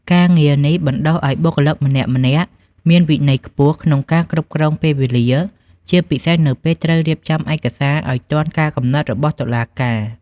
ការងារនេះបណ្តុះឱ្យបុគ្គលម្នាក់ៗមានវិន័យខ្ពស់ក្នុងការគ្រប់គ្រងពេលវេលា ជាពិសេសនៅពេលត្រូវរៀបចំឯកសារឱ្យទាន់កាលកំណត់របស់តុលាការ។